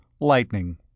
Lightning